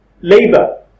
Labour